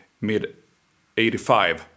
mid-85